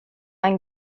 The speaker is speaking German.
ein